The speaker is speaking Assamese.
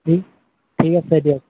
ঠিক আছে দিয়ক